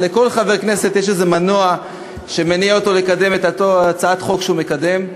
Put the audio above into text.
לכל חבר כנסת יש איזה מנוע שמניע אותו לקדם את אותה הצעת חוק שהוא מקדם.